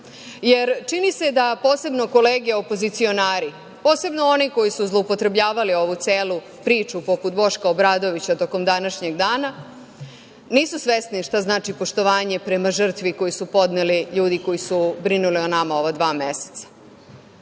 jer čini se da posebno kolege opozicionari, posebno oni koji su zloupotrebljavali ovu celu priču, poput Boška Obradovića tokom današnjeg dana, nisu svesni šta znači poštovanje prema žrtvi koju su podneli ljudi koji su brinuli o nama ova dva meseca. Ovaj